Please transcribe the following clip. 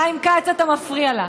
חיים כץ, אתה מפריע לה.